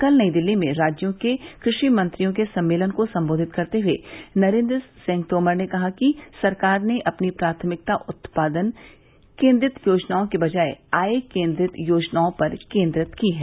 कल नई दिल्ली में राज्यों के कृषि मंत्रियों के सम्मेलन को संबोधित करते हुए नरेन्द्र सिंह तोमर ने कहा कि सरकार ने अपनी प्राथमिकता उत्पादन केन्द्रित योजनाओं के बजाय आय केन्द्रित योजनाओं पर केन्द्रित की है